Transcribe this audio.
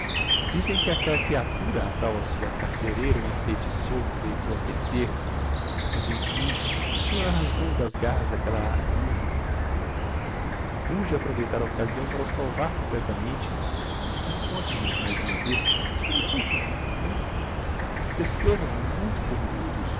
dizem que aquella creatura a tal sua carcereira o enfeitiçou que o deitou a perder mas emfim o senhor arrancou o das garras d'aquella harpia urge aproveitar a occasião para o salvar completamente mas conte-me mais uma vez como foi que o conseguiu descreva me muito por miudos